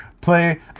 Play